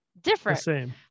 different